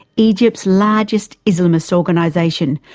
egypt's largest islamist organisation,